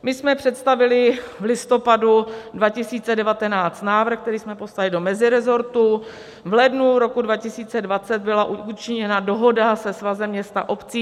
My jsme představili v listopadu 2019 návrh, který jsme poslali do mezirezortu, v lednu roku 2020 byla učiněna dohoda se Svazem měst a obcí.